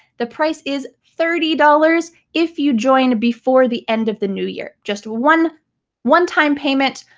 the price is thirty dollars if you join before the end of the new year. just one one-time payment,